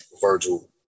Virgil